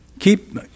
Keep